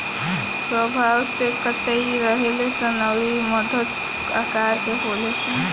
स्वभाव से सतर्क रहेले सन अउरी मध्यम आकर के होले सन